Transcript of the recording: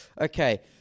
Okay